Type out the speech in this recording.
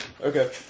Okay